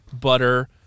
butter